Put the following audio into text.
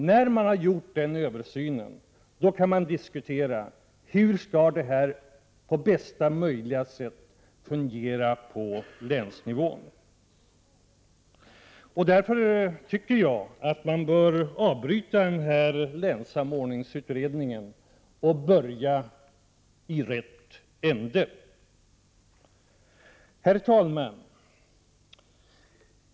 När denna översyn har gjorts kan diskuteras hur det skall fungera på bästa möjliga sätt på länsnivå. Jag tycker därför att länssamordningsutredningen bör avbrytas och att man skall börja i rätt ände. Herr talman!